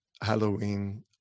Halloween